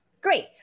great